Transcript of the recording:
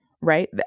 right